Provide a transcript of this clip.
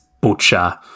butcher